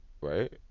right